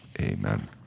amen